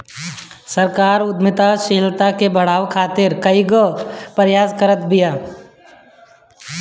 सरकार उद्यमशीलता के बढ़ावे खातीर कईगो प्रयास करत बिया